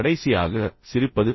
கடைசியாக சிரிப்பது